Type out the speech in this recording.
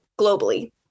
globally